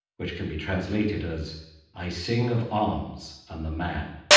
which can be translated as i sing of arms and the man,